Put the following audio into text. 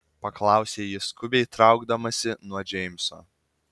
paklausė ji skubiai traukdamasi nuo džeimso